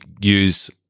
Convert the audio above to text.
use